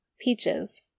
peaches